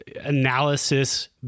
analysis